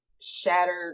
shattered